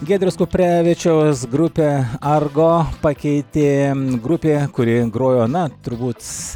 giedriaus kuprevičiaus grupė argo pakeitė grupė kuri grojo na turbūt